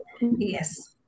yes